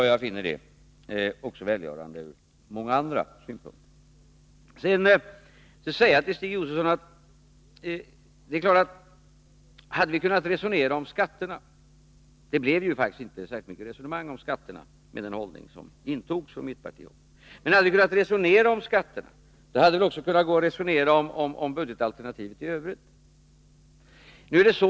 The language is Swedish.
Jag finner det välgörande också ur många andra synpunkter. Det blev faktiskt inte särskilt mycket resonemang om skatterna, med den hållning som intogs från mittenpartihåll, men hade ni velat resonera om skatterna, hade det också kunnat gå att resonera om budgetalternativet i övrigt.